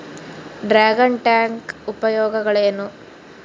Dragon tank ಉಪಯೋಗಗಳೇನು?